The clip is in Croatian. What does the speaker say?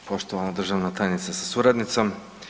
Poštovana državna tajnice sa suradnicom.